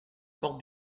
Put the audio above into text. porte